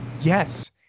yes